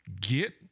get